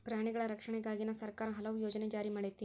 ಪ್ರಾಣಿಗಳ ರಕ್ಷಣೆಗಾಗಿನ ಸರ್ಕಾರಾ ಹಲವು ಯೋಜನೆ ಜಾರಿ ಮಾಡೆತಿ